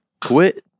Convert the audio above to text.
Quit